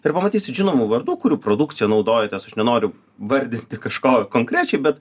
ir pamatysit žinomų vardų kurių produkcija naudojatės aš nenoriu vardinti kažko konkrečiai bet